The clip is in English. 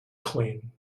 clean